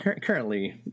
currently